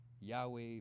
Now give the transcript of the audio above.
Yahweh